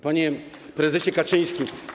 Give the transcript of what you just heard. Panie Prezesie Kaczyński!